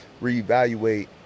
reevaluate